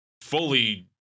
fully